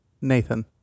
Nathan